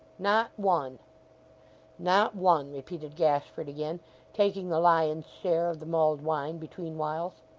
not one not one repeated gashford again taking the lion's share of the mulled wine between whiles.